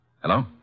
Hello